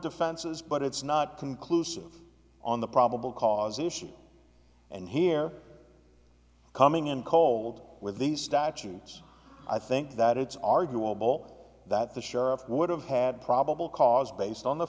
defenses but it's not conclusive on the probable cause issue and here coming in cold with these statutes i think that it's arguable that the sheriff would have had probable cause based on the